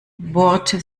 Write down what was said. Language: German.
bohrte